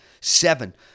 Seven